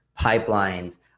pipelines